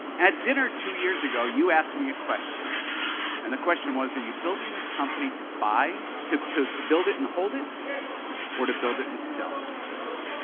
at dinner two years ago, you asked me a question and the question was are you building this company to buy? to to build it and hold it or to build it and sell it? i remember.